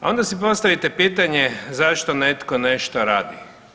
A onda si postavite pitanje zašto netko nešto radi?